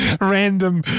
random